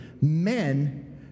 men